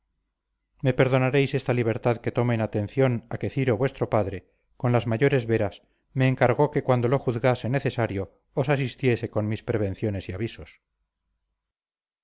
sublevar me perdonaréis esta libertad que tomo en atención a que ciro vuestro padre con las mayores veras me encargó que cuando lo juzgase necesario os asistiese con mis prevenciones y avisos